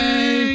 Hey